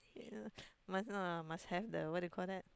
yeah must no lah must have the what do you call that